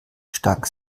stank